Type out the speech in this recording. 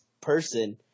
person